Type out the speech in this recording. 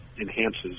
enhances